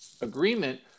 agreement